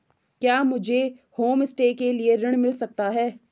क्या मुझे होमस्टे के लिए ऋण मिल सकता है?